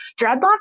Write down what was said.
dreadlocks